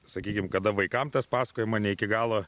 sakykim kada vaikam tas pasakojama ne iki galo